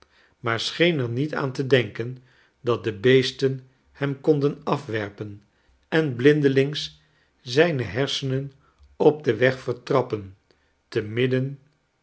maar scheen er niet aan te denken dat de beesten hem konden afwerpen en blindelings zijne hersenen op den weg vertrappen te midden